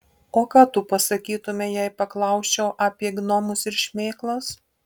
o ką tu pasakytumei jei paklausčiau apie gnomus ir šmėklas